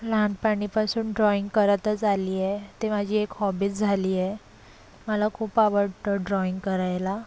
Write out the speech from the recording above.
लहानपणीपासून ड्राइंग करतच आली आहे ते माझी एक हॉबीज् झाली आहे मला खूप आवडतं ड्राइंग करायला